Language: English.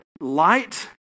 light